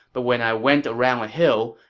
but when i went around a hill,